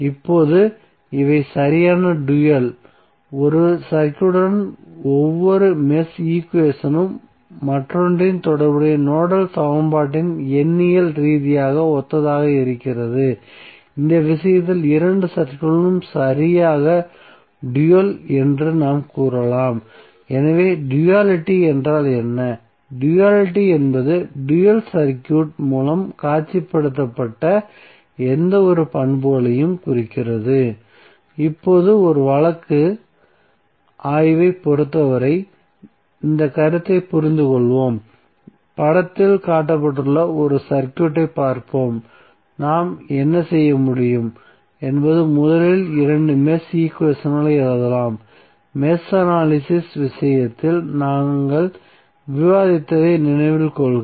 இப்போது இவை சரியான டூயல் ஒரு சர்க்யூட்ன் ஒவ்வொரு மெஷ் ஈக்குவேஷன்ம் மற்றொன்றின் தொடர்புடைய நோடல் சமன்பாட்டுடன் எண்ணியல் ரீதியாக ஒத்ததாக இருக்கிறது அந்த விஷயத்தில் இரண்டு சர்க்யூட்களும் சரியாக டூயல் என்று நாம் கூறலாம் எனவே டுயலிட்டி என்றால் என்ன டுயலிட்டி என்பது டூயல் சர்க்யூட் மூலம் காட்சிப்படுத்தப்பட்ட எந்தவொரு பண்புகளையும் குறிக்கிறது இப்போது ஒரு வழக்கு ஆய்வைப் பொறுத்தவரை இந்த கருத்தை புரிந்துகொள்வோம் படத்தில் காட்டப்பட்டுள்ள ஒரு சர்க்யூட்டை பார்ப்போம் நாம் என்ன செய்ய முடியும் என்பது முதலில் இரண்டு மெஷ் ஈக்குவேஷன்களை எழுதலாம் மெஷ் அனலிசிஸ் விஷயத்தில் நாங்கள் விவாதித்ததை நினைவில் கொள்க